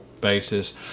basis